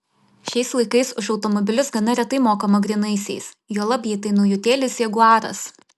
šiais laikais už automobilius gana retai mokama grynaisiais juolab jei tai naujutėlis jaguaras